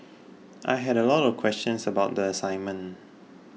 I had a lot of questions about the assignment